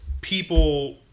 people